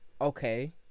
okay